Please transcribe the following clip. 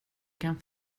kan